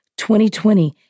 2020